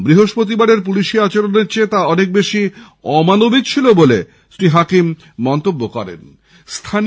বৃহস্পতিবারের পুলিশি আচরণের চেয়ে তা অনেক বেশি অমানবিক ছিল বলে শ্রী হাকিম জানান